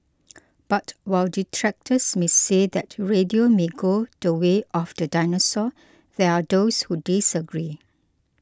but while detractors may say that radio may go the way of the dinosaur there are those who disagree